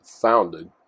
founded